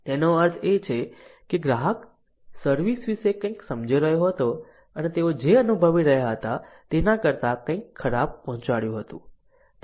તેનો અર્થ એ છે કે ગ્રાહક સર્વિસ વિશે કંઇક સમજી રહ્યો હતો અને તેઓ જે અનુભવી રહ્યા હતા તેના કરતા કંઈક ખરાબ પહોંચાડ્યું હતું